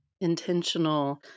intentional